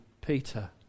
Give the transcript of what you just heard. Peter